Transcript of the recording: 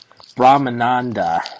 Brahmananda